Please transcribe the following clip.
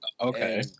Okay